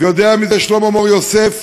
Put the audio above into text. ויודע מזה שלמה מור-יוסף,